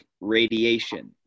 radiation